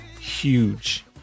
huge